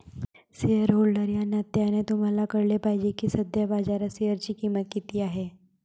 shareholder या नात्याने तुम्हाला कळले पाहिजे की सध्या बाजारात शेअरची किंमत किती आहे